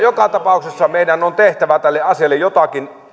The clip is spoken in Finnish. joka tapauksessa meidän on tehtävä tälle asialle jotakin